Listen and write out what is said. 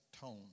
tone